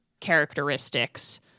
Characteristics